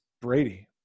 Brady